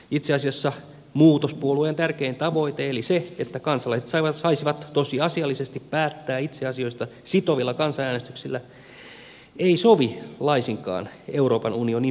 itse asiassa muutos puolueen tärkein tavoite eli se että kansalaiset saisivat tosiasiallisesti päättää itse asioistaan sitovilla kansanäänestyksillä ei sovi laisinkaan euroopan unionin pirtaan